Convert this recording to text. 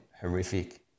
horrific